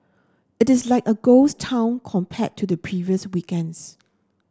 it is like a ghost town compared to the previous weekends